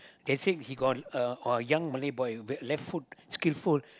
they said he got uh a young Malay boy very left foot skilful